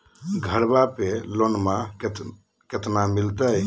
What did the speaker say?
घरबा पे लोनमा कतना मिलते?